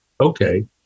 okay